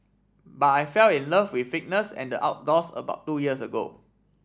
buy I fell in love with fitness and the outdoors about two years ago